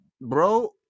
Bro